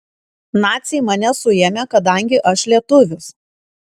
naciai mane suėmė kadangi aš lietuvis